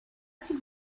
s’il